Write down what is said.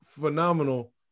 phenomenal